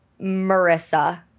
Marissa